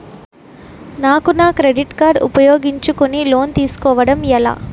నాకు నా credit card ఉపయోగించుకుని లోన్ తిస్కోడం ఎలా?